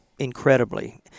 incredibly